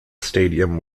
stadium